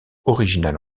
originales